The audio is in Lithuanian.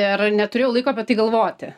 ir neturėjau laiko apie tai galvoti